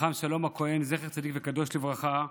חכם שלום הכהן, זכר צדיק וקדוש לברכה,